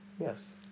Yes